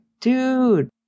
dude